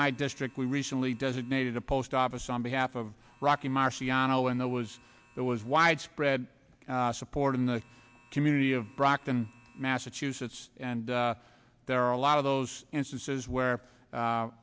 my district we recently designated a post office on behalf of rocky marciano and the was there was widespread support in the community of brockton massachusetts and there are a lot of those instances where